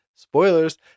Spoilers